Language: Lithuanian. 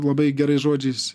labai gerais žodžiais